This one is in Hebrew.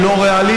היא לא ריאלית,